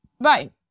Right